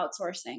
outsourcing